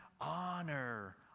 honor